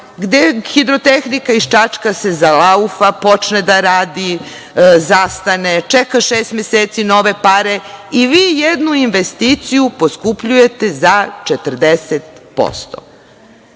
se Hidrotehnika iz Čačka zalaufa, počne da radi, zastane, čeka šest meseci nove pare, i vi jednu investiciju poskupljujete za 40%.